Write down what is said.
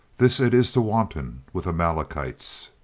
this it is to wanton with amalekites.